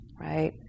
right